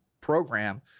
program